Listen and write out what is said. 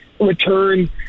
return